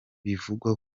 bivugwa